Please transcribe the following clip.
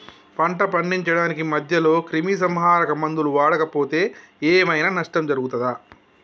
పంట పండించడానికి మధ్యలో క్రిమిసంహరక మందులు వాడకపోతే ఏం ఐనా నష్టం జరుగుతదా?